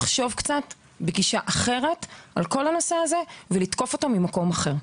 אנחנו צריכים לחשוב על גישה אחרת לכל הנושא הזה ולתקוף אותו ממקום אחר.